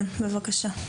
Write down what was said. כן בבקשה.